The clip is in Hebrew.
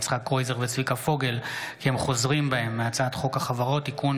יצחק קרויזר וצביקה פוגל כי הם חוזרים בהם מהצעת חוק החברות (תיקון,